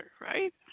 right